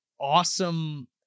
awesome